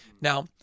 Now